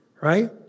right